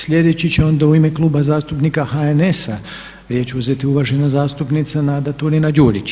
Slijedeći će onda u ime Kluba zastupnika HNS-a riječ uzeti uvažena zastupnica Nada Turina-Đurić.